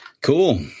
cool